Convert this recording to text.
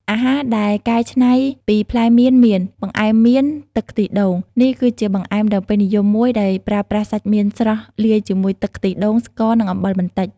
អាហារដែលកែច្នៃពីផ្លែមៀនមាន បង្អែមមៀនទឹកខ្ទិះដូង នេះគឺជាបង្អែមដ៏ពេញនិយមមួយដែលប្រើប្រាស់សាច់មៀនស្រស់លាយជាមួយទឹកខ្ទិះដូង ស្ករ និងអំបិលបន្តិច។